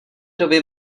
doby